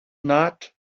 not